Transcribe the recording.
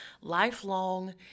lifelong